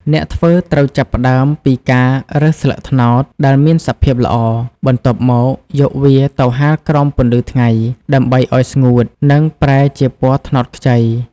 អ្នកធ្វើត្រូវចាប់ផ្តើមពី ការរើសស្លឹកត្នោត ដែលមានសភាពល្អ បន្ទាប់មកយកវាទៅ ហាលក្រោមពន្លឺថ្ងៃ ដើម្បីឱ្យស្ងួត និងប្រែជាពណ៌ត្នោតខ្ចី។